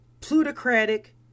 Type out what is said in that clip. plutocratic